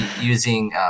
using